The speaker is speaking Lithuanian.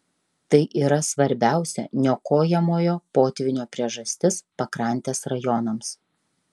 tai yra svarbiausia niokojamojo potvynio priežastis pakrantės rajonams